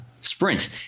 Sprint